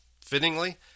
Fittingly